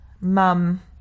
mum